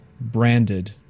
branded